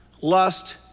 lust